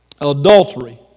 adultery